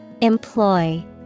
Employ